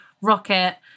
rocket